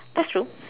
that's true